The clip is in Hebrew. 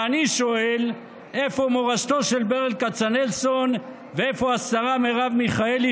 ואני שואל: איפה מורשתו של ברל כצנלסון ואיפה השרה מרב מיכאלי,